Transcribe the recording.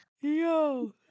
Yo